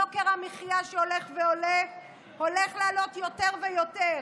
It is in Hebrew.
יוקר המחיה שהולך ועולה הולך לעלות יותר ויותר,